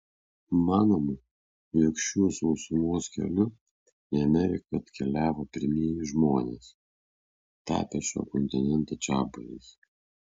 manoma jog šiuo sausumos keliu į ameriką atkeliavo pirmieji žmonės tapę šio kontinento čiabuviais